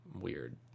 weird